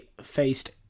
faced